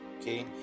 Okay